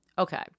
Okay